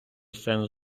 сенс